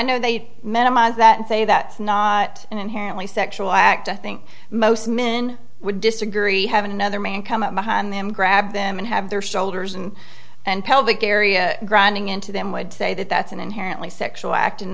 know they minimize that and say that's not an inherently sexual act i think most men would disagree having another man come up behind them grab them and have their shoulders and and pelvic area grinding into them would say that that's an inherently sexual act in